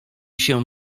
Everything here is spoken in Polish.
się